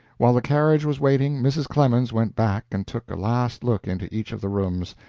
while the carriage was waiting, mrs. clemens went back and took a last look into each of the rooms,